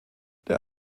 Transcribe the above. der